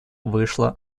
вышла